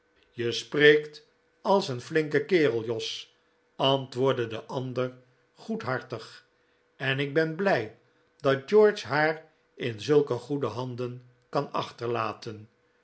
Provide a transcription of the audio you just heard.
je spreekt als een flinke kerel jos antwoordde de ander goedhartig en ik ben blij dat george haar in zulke goede handen kan achterlaten